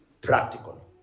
practical